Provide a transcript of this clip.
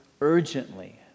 urgently